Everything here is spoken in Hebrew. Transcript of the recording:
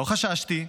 לא חששתי,